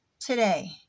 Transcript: today